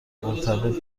مرتبط